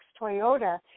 Toyota